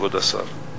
כבוד השר.